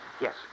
Yes